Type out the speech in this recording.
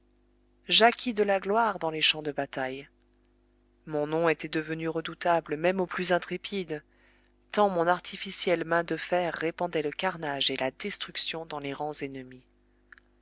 j'acquis de la gloire dans les champs de bataille mon nom était devenu redoutable même aux plus intrépides tant mon artificielle main de fer répandait le carnage et la destruction dans les rangs ennemis